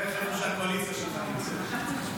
איפה שהקואליציה שלך נמצאת.